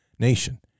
nation